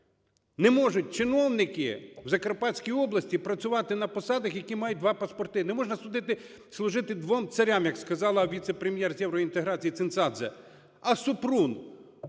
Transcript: Не можуть чиновники в Закарпатській області працювати на посадах, які мають два паспорти. Не можна служити двом царям, як сказала віце-прем'єр з євроінтеграціїЦинцадзе. А Супрун